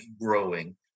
growing